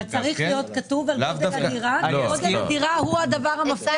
אבל צריך להיות כתוב לגבי גודל הדירה כי גודל הדירה הוא המפתח.